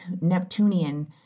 Neptunian